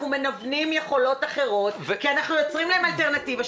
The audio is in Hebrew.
אנחנו מנוונים יכולות אחרות כי אנחנו יוצרים להם אלטרנטיבה,